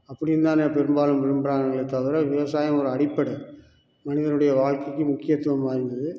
அப்படின் தான் நெ பெரும்பாலும் விரும்புகிறாங்களே தவிர விவசாயம் ஒரு அடிப்படை மனிதனுடைய வாழ்க்கைக்கு முக்கியத்துவம் வாய்ந்தது